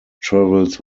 travels